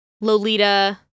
Lolita